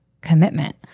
commitment